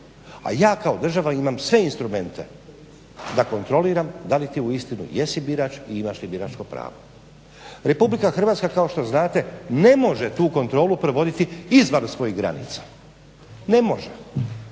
a ja kao država imam sve instrumente da kontroliram da li ti uistinu jesi birač i imaš li biračko pravo. Republika Hrvatska kao što znate ne može tu kontrolu provoditi izvan svojih granica, ne može,